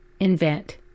Invent